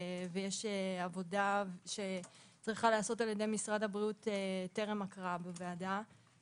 ויש עבודה שצריכה להיעשות על ידי משרד הבריאות טרם הקראה בוועדה.